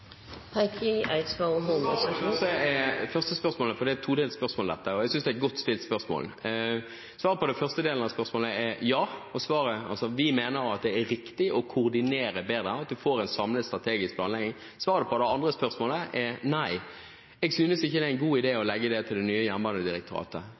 på den første delen av spørsmålet er ja. Vi mener at det er riktig å koordinere bedre – at man får en samlet strategisk planlegging. Svaret på det andre spørsmålet er nei. Jeg synes ikke det er en god idé å